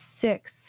six